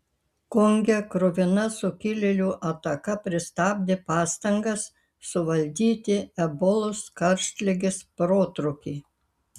konge kruvina sukilėlių ataka pristabdė pastangas suvaldyti ebolos karštligės protrūkį